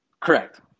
Correct